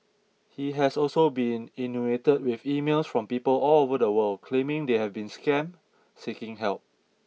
he has also been inundated with emails from people all over the world claiming they have been scammed seeking help